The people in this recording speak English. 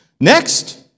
Next